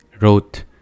wrote